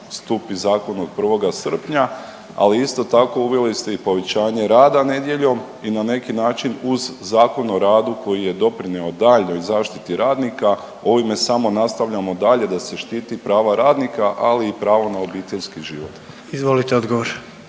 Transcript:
stupi zakon od 1. srpnja, ali isto tako uveli ste i povećanje rada nedjeljom i na neki način uz Zakon o radu koji je doprinjeo daljnjoj zaštiti radnika ovime samo nastavljamo dalje da se štiti prava radnika, ali i pravo na obiteljski život. **Jandroković,